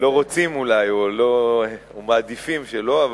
לא רוצים אולי או מעדיפים שלא.